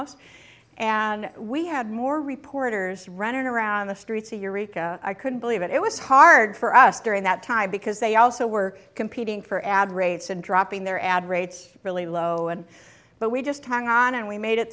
hamas and we had more reporters run around the streets of eureka i couldn't believe it it was hard for us during that time because they also were competing for ad rates and dropping their ad rates really low and but we just hung on and we made it